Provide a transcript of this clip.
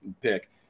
pick